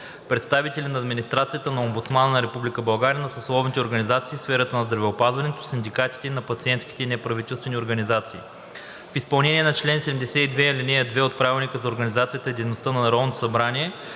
представители на администрацията на Омбудсмана на Република България, на съсловните организации в сферата на здравеопазването, синдикатите и на пациентски и неправителствени организации. В изпълнение на чл. 72, ал. 2 от Правилника за организацията и дейността на Народното събрание